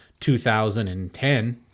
2010